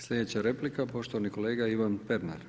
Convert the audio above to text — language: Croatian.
Sljedeća replika poštovani kolega Ivan Pernar.